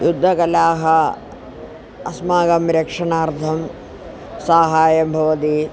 युद्धकलाः अस्माकं रक्षणार्थं साहाय्यं भवति